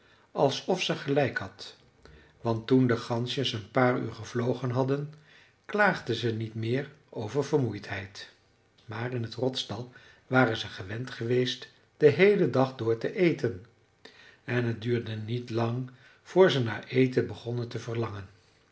alsof ze gelijk had want toen de gansjes een paar uur gevlogen hadden klaagden ze niet meer over vermoeidheid maar in het rotsdal waren ze gewend geweest den heelen dag door te eten en het duurde niet lang voor ze naar eten begonnen te verlangen